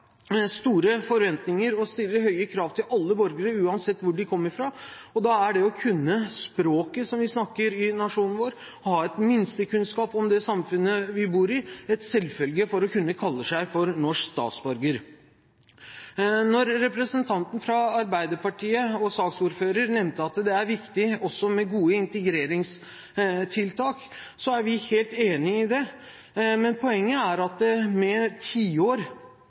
store forventninger og stiller høye krav til alle borgere uansett hvor de kommer fra, og da er det å kunne språket som vi snakker i nasjonen vår, og å ha et minimum av kunnskaper om det samfunnet vi bor, en selvfølge for å kunne kalle seg norsk statsborger. Når representanten fra Arbeiderpartiet, som også er saksordfører, nevnte at det også er viktig med gode integreringstiltak, er vi helt enig i det, men poenget er at tiår med